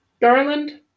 Garland